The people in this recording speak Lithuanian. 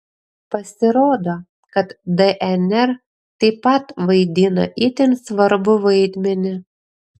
pasirodo kad dnr taip pat vaidina itin svarbų vaidmenį